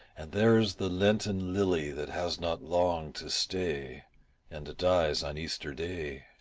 and there's the lenten lily that has not long to stay and dies on easter day.